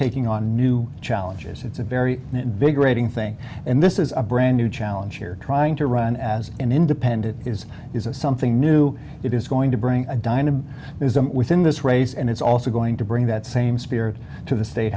taking on new challenges it's a very invigorating thing and this is a brand new challenge here trying to run as an independent is is a something new it is going to bring a dyna with in this race and it's also going to bring that same spirit to the state